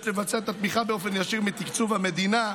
יש לבצע את התמיכה באופן ישיר מתקצוב המדינה.